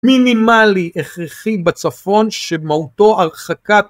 מינימלי הכרחי בצפון שמהותו הרחקת